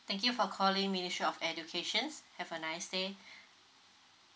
thank you for calling ministry of educations have a nice day